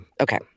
Okay